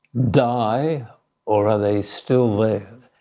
die or are they still there?